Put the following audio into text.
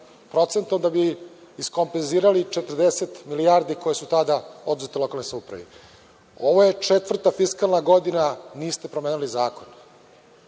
da bi iskompenzirali 40 milijardi koje su tada oduzete lokalnoj samoupravi. Ovo je četvrta fiskalna godina, niste promenili zakon.